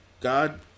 God